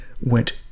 went